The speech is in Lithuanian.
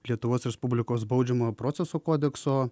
lietuvos respublikos baudžiamojo proceso kodekso